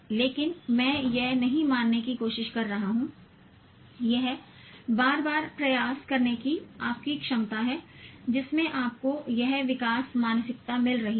लेकिन मैं यह नहीं मानने की कोशिश कर रहा हूं यह बार बार प्रयास करने की आपकी क्षमता है जिससे आपको यह विकास मानसिकता मिल रही है